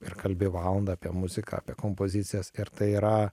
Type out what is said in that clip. ir kalbi valandą apie muziką apie kompozicijas ir tai yra